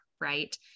Right